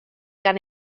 gan